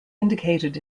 indicated